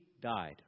died